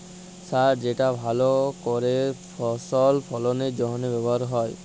সার যেটা ভাল করেক ফসল ফললের জনহে ব্যবহার হ্যয়